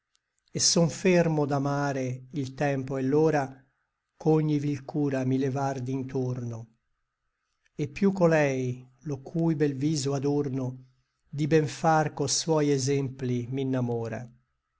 et son fermo d'amare il tempo et l'ora ch'ogni vil cura mi levr d'intorno et più colei lo cui bel viso adorno di ben far co suoi exempli m'innamora